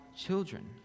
children